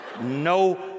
No